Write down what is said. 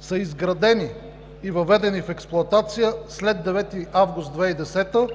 са изградени и въведени в експлоатация след 9 август 2010 г.